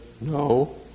No